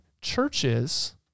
churches